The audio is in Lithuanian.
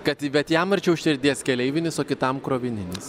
kad bet jam arčiau širdies keleivinis o kitam krovininis